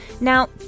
Now